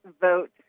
vote